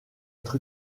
être